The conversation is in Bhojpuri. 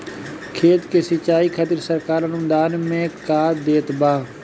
खेत के सिचाई खातिर सरकार अनुदान में का देत बा?